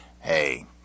Hey